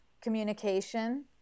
communication